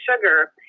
sugar